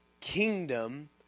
kingdom